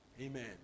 Amen